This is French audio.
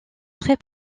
très